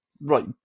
Right